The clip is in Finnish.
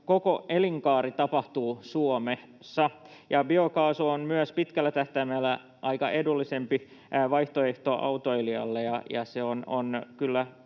koko elinkaari tapahtuu Suomessa, ja biokaasu on myös pitkällä tähtäimellä edullisempi vaihtoehto autoilijalle,